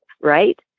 Right